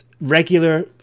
regular